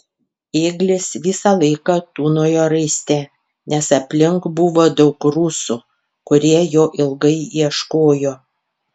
ėglis visą laiką tūnojo raiste nes aplink buvo daug rusų kurie jo ilgai ieškojo